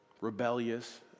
rebellious